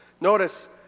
Notice